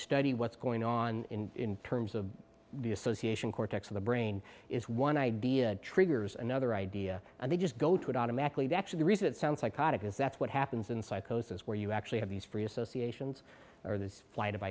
study what's going on in terms of the association cortex of the brain is one idea that triggers another idea and they just go to it automatically they actually reason it sounds psychotic is that's what happens in psychosis where you actually have these free associations or this flight of